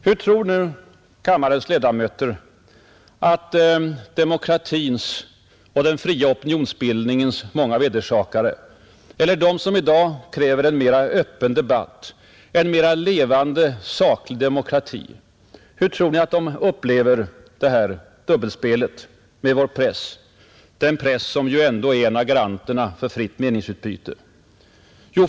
Hur tror kammarens ledamöter att demokratins och den fria opinionsbildningens många vedersakare eller de som i dag kräver en mera öppen debatt och en mer levande, saklig demokrati upplever detta ”dubbelspel” med vår press, den press som är en av garanterna för fritt meningsutbyte?